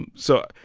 and so,